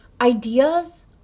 Ideas